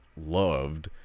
Loved